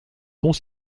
sont